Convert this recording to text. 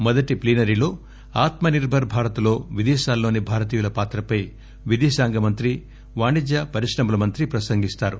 మొదటి ప్లీనరీలో ఆత్మనిర్బర భారత్ లో విదేశాల్లోని భారతీయుల పాత్రపై విదేశాంగ మంత్రి వాణిజ్య పరిశ్రమల మంత్రి ప్రసంగిస్తారు